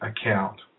account